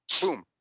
boom